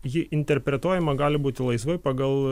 ji interpretuojama gali būti laisvai pagal